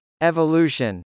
Evolution